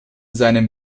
seinem